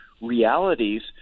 realities